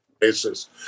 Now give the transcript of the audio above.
basis